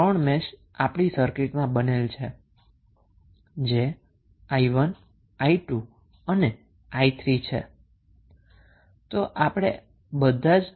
હવે ફરીથી આપણી સર્કિટમાં 3 મેશ બનેલ છે જે 𝑖1 𝑖2 અને 𝑖3 છે